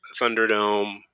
Thunderdome